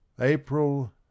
April